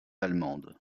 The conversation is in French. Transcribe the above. allemandes